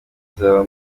nzaba